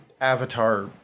avatar